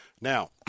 Now